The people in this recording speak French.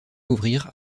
ouvrir